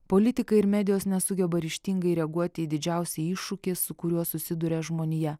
politikai ir medijos nesugeba ryžtingai reaguoti į didžiausią iššūkį su kuriuo susiduria žmonija